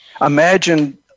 imagine